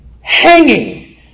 hanging